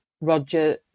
Roger